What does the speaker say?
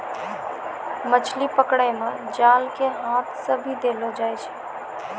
मछली पकड़ै मे जाल के हाथ से भी देलो जाय छै